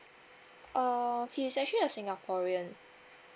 uh he's actually a singaporean